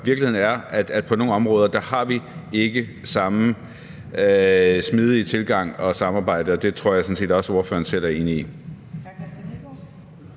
Virkeligheden er, at på nogle områder har vi ikke samme smidige tilgang og samarbejde, og det tror jeg sådan set også ordføreren selv er enig i.